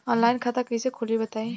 Online खाता कइसे खोली बताई?